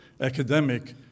academic